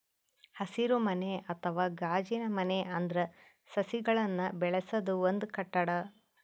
ಹಸಿರುಮನೆ ಅಥವಾ ಗಾಜಿನಮನೆ ಅಂದ್ರ ಸಸಿಗಳನ್ನ್ ಬೆಳಸದ್ ಒಂದ್ ಕಟ್ಟಡ